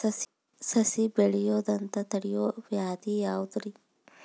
ಸಸಿ ಬೆಳೆಯದಂತ ತಡಿಯೋ ವ್ಯಾಧಿ ಯಾವುದು ರಿ?